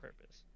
purpose